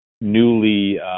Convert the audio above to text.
newly